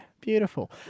Beautiful